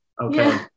Okay